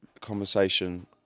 conversation